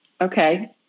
Okay